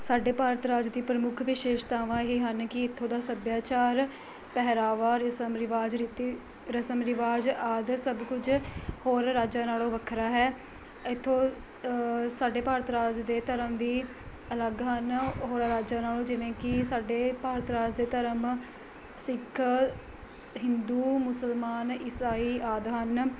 ਸਾਡੇ ਭਾਰਤ ਰਾਜ ਦੀ ਪ੍ਰਮੁੱਖ ਵਿਸ਼ੇਸ਼ਤਾਵਾਂ ਇਹ ਹਨ ਕਿ ਇੱਥੋਂ ਦਾ ਸੱਭਿਆਚਾਰ ਪਹਿਰਾਵਾ ਰਸਮ ਰਿਵਾਜ ਰੀਤੀ ਰਸਮ ਰਿਵਾਜ ਆਦਿ ਸਭ ਕੁਝ ਹੋਰ ਰਾਜਾਂ ਨਾਲੋਂ ਵੱਖਰਾ ਹੈ ਇੱਥੋਂ ਸਾਡੇ ਭਾਰਤ ਰਾਜ ਦੇ ਧਰਮ ਵੀ ਅਲੱਗ ਹਨ ਉਹ ਹੋਰਾਂ ਰਾਜਾਂ ਨਾਲੋਂ ਜਿਵੇਂ ਕਿ ਸਾਡੇ ਭਾਰਤ ਰਾਜ ਦੇ ਧਰਮ ਸਿੱਖ ਹਿੰਦੂ ਮੁਸਲਮਾਨ ਈਸਾਈ ਆਦਿ ਹਨ